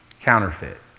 counterfeit